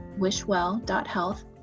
wishwell.health